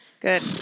Good